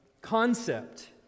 concept